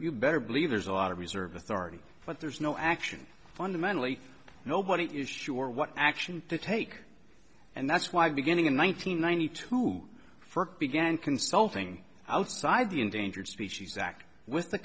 you better believe there's a lot of reserve authority but there's no action fundamentally nobody is sure what action to take and that's why beginning in one nine hundred ninety two for began consulting outside the endangered species act with the